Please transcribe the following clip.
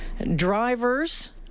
Drivers